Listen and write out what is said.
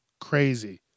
crazy